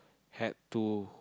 had to